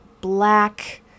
black